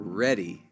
ready